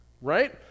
right